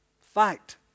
Fact